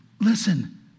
listen